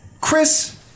Chris